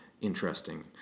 Interesting